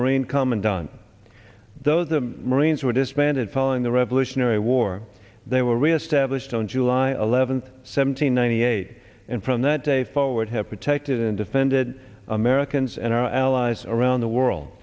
marine commandant though the marines were disbanded following the revolutionary war they were reestablished on july eleventh seventeen ninety eight and from that day forward have protected and defended americans and our allies around the world